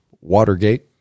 Watergate